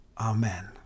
Amen